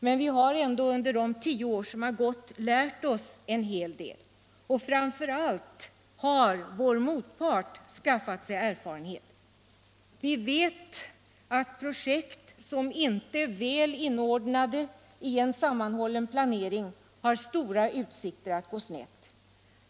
Men vi har ändå under de tio år som gått lärt oss en hel del och framför allt har vår motpart skaffat sig erfarenhet. Vi vet att projekt som inte är väl inordnade i en sammanhållen planering har stora utsikter att gå snett.